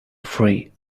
free